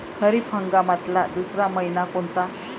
खरीप हंगामातला दुसरा मइना कोनता?